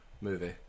movie